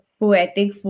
poetic